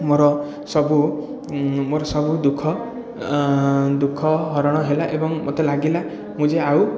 ମୋର ସବୁ ମୋର ସବୁ ଦୁଃଖ ଦୁଃଖ ହରଣ ହେଲା ଏବଂ ମୋତେ ଲାଗିଲା ମୁଁ ଯେ ଆଉ